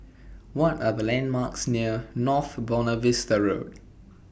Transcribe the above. What Are The landmarks near North Buona Vista Road